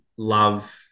love